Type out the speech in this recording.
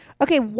Okay